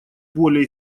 более